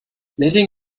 letting